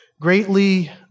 greatly